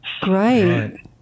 Great